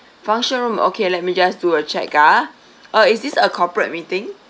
function room okay let me just do a check ah uh is this a corporate meeting